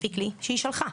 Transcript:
מספיק לי שהיא שלחה,